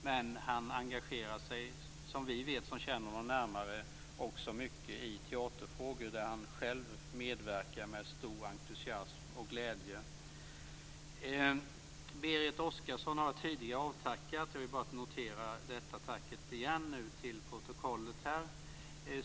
Men han engagerar sig också, vilket vi som känner honom närmare vet, mycket i teaterfrågor i vilka han medverkar med stor entusiasm och glädje. Berit Oscarsson har jag tidigare avtackat. Jag vill bara notera detta tack igen till protokollet.